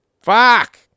Fuck